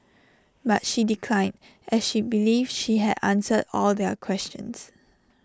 but she declined as she believes she had answered all their questions